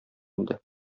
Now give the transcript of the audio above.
инде